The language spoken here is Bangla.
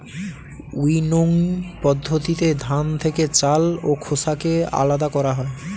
উইনোইং পদ্ধতিতে ধান থেকে চাল ও খোসাকে আলাদা করা হয়